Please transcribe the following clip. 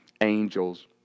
angels